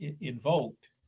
invoked